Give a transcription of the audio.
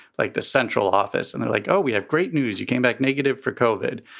like the central office. and they're like, oh, we have great news. you came back negative for coded.